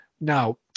now